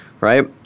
right